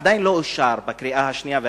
עדיין לא אושר בקריאה השנייה והשלישית,